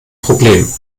problem